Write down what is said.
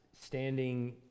standing